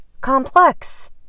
complex